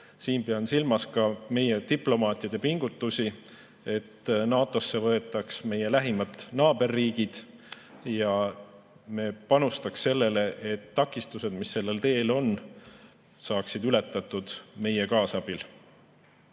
Ma pean silmas ka meie diplomaatide pingutusi, et NATO‑sse võetaks meie lähimad naaberriigid, ja me panustaks sellele, et takistused, mis sellel teel on, saaksid ületatud meie kaasabil.